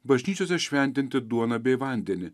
bažnyčiose šventinti duoną bei vandenį